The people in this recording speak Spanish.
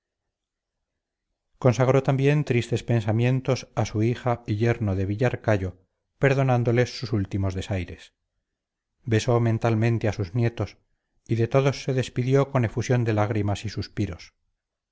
nelet consagró también tristes pensamientos a su hija y yerno de villarcayo perdonándoles sus últimos desaires besó mentalmente a sus nietos y de todos se despidió con efusión de lágrimas y suspiros